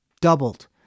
doubled